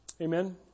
Amen